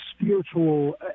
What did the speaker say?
spiritual